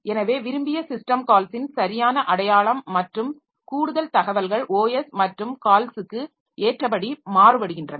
எனவே விரும்பிய சிஸ்டம் கால்ஸின் சரியான அடையாளம் மற்றும் கூடுதல் தகவல்கள் OS மற்றும் கால்ஸ்க்கு ஏற்றபடி மாறுபடுகின்றன